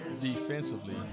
Defensively